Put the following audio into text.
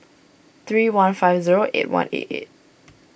three one five zero eight one eight eight